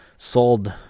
Sold